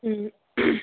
ꯎꯝ